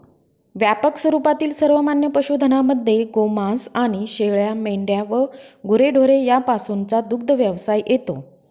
व्यापक स्वरूपातील सर्वमान्य पशुधनामध्ये गोमांस आणि शेळ्या, मेंढ्या व गुरेढोरे यापासूनचा दुग्धव्यवसाय येतो